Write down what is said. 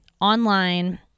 online